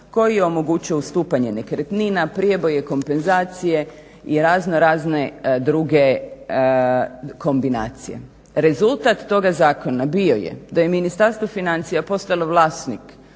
koji omogućuje ustupanje nekretnina, prijeboje, kompenzacije i razno razne druge kombinacije. Rezultat toga zakona bio je da je Ministarstvo financija postalo vlasnik